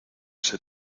ese